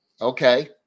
Okay